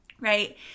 Right